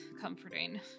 comforting